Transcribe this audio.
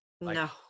No